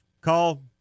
call